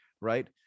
right